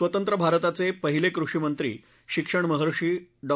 स्वतंत्र भारताचे पहिले कृषीमंत्री शिक्षणमहर्षी डॉ